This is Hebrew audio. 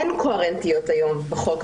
אין קוהרנטיות היום בחוק,